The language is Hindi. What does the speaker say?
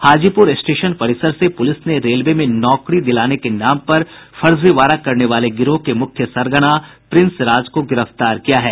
हाजीपुर स्टेशन परिसर से पुलिस ने रेलवे में नौकरी दिलाने के नाम पर फर्जीवड़ा करने वाले गिरोह के मुख्य सरगना प्रिंस राज को गिरफ्तार किया है